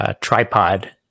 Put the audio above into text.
tripod